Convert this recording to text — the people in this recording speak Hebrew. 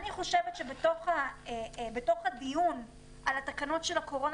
אני חושבת שבתוך הדיון על התקנות של הקורונה